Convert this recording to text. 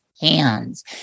hands